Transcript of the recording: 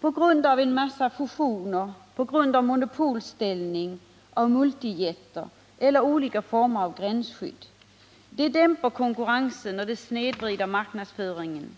på grund av en mängd fusioner, monopolställning, multijättar eller olika former av gränsskydd. Det dämpar konkurrensen och snedvrider marknadsföringen.